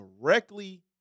directly